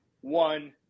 one